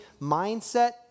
mindset